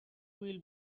will